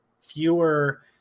fewer